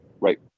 right